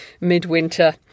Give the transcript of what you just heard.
midwinter